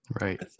Right